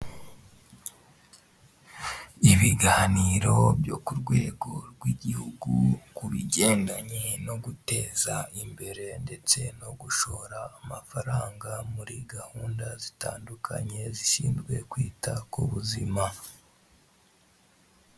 Ibiganiro byo ku rwego rw'igihugu ku bigendanye no guteza imbere ndetse no gushora amafaranga muri gahunda zitandukanye zishinzwe kwita ku buzima.